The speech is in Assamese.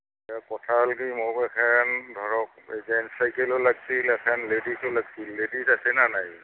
এতিয়া কথা হ'ল কি মোক এখন ধৰক এখন চাইকেলো লাগিছিল এখন লেডিছো লাগিছিল লেডিছ আছেনে নাই